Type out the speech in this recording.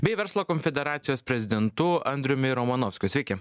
bei verslo konfederacijos prezidentu andriumi romanovskiu sveiki